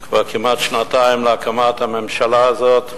כבר כמעט שנתיים להקמת הממשלה הזאת,